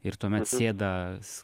ir tuomet sėdas